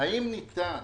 האם ניתן